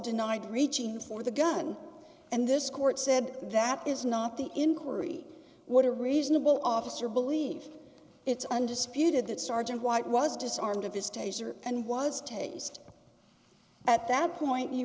denied reaching for the gun and this court said that is not the inquiry what a reasonable officer believe it's undisputed that sergeant white was disarmed of his taser and was taste at that point you